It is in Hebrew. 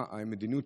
מה המדיניות?